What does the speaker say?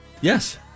Yes